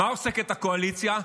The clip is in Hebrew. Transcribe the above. במה עוסקת הקואליציה?